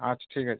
আচ্ছা ঠিক আছে